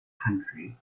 country